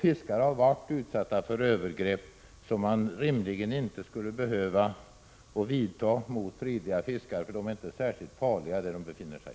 Fiskare har varit utsatta för övergrepp och åtgärder som rimligen inte hade behövt vidtas mot fredliga fiskare — de är inte särskilt farliga där de befinner sig.